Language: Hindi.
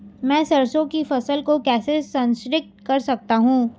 मैं सरसों की फसल को कैसे संरक्षित कर सकता हूँ?